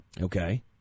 Okay